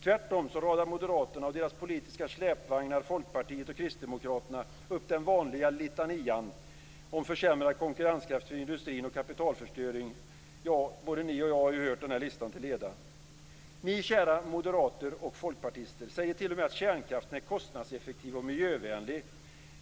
Tvärtom radar moderaterna och deras politiska släpvagnar Folkpartiet och Kristdemokraterna upp den vanliga litanian om försämrad konkurrenskraft för industrin och kapitalförstöring. Ja, både ni och jag har hört den listan till leda. Ni kära moderater och folkpartister säger t.o.m. att kärnkraften är kostnadseffektiv och miljövänlig.